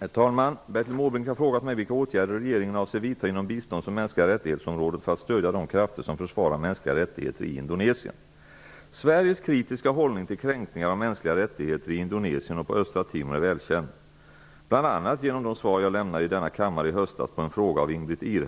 Herr talman! Bertil Måbrink har frågat mig vilka åtgärder regeringen avser vidta inom bistånds och mänskliga rättighetsområdet för att stödja de krafter som försvarar mänskliga rättigheter i Sveriges kritiska hållning till kränkningar av mänskliga rättigheter i Indonesien och på Östra Timor är välkänd, bl.a. genom de svar jag lämnade i denna kammare i höstas på en fråga av Ingbritt